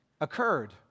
occurred